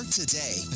today